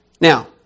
Now